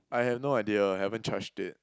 I have no idea I haven't charge it